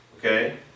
Okay